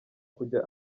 kujya